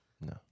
No